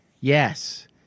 Yes